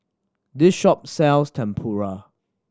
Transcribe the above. this shop sells Tempura